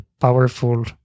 powerful